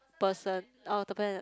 person uh the